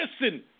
listen